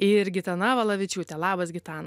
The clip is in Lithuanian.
ir gitana valavičiūtė labas gitana